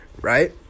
right